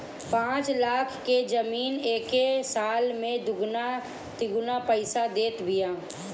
पाँच लाख के जमीन एके साल में दुगुना तिगुना पईसा देत बिया